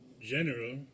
general